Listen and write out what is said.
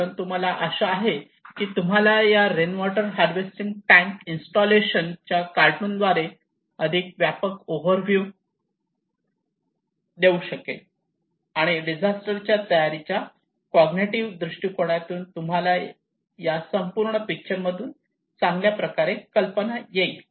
परंतु मला आशा आहे मी तुम्हाला या रेनवॉटर हार्वेस्टिंग टॅंक इन्स्टॉलेशन च्या कार्टून द्वारे अधिक व्यापक ओव्हर्व्ह्यू देऊ शकेल आणि डिझास्टर च्या तयारीच्या कॉग्निटिव्ह दृष्टिकोनातून तुम्हाला या संपूर्ण पिक्चर मधून चांगल्याप्रकारे कल्पना येईल